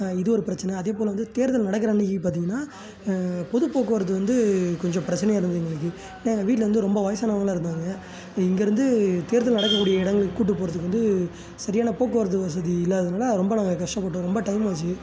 இது ஒரு பிரச்சினை அதேபோல வந்து தேர்தல் நடக்கிற அன்றைக்கி பார்த்தீங்கன்னா பொது போக்குவரத்து வந்து கொஞ்சம் பிரச்சினையா இருந்தது எங்களுக்கு ஏனால் எங்கள் வீட்டில் வந்து ரொம்ப வயதானவங்கள்லாம் இருந்தாங்க இங்கேயிருந்து தேர்தல் நடக்கக்கூடிய இடங்களுக்கு கூட்டி போறதுக்கு வந்து சரியான போக்குவரத்து வசதி இல்லாததினால ரொம்ப நாங்கள் கஷ்டப்பட்டோம் ரொம்ப டயம் ஆச்சு